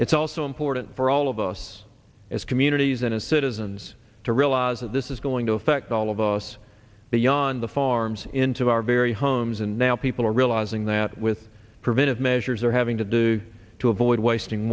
it's also important for all of us as communities and as citizens to realize that this is going to affect all of us beyond the farms into our very homes and now people are realizing that with preventive measures are having to do to avoid wasting